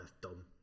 dumb